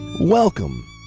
welcome